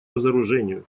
разоружению